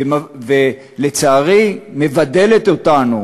ולצערי מבדלת אותנו,